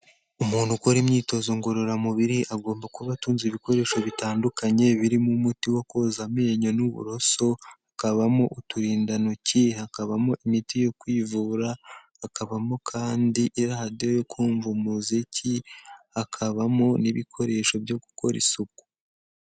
Umuntu ukora imyitozo ngororamubiri agomba kuba atunze ibikoresho bitandukanye birimo umuti wo koza amenyo n'uburoso, hakabamo uturindantoki, hakabamo imiti yo kwivura, hakabamo kandi iradiyo yo kumva umuziki, hakabamo n'ibikoresho byo gukora isuku.